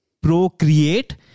procreate